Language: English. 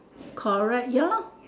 correct ya lor